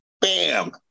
bam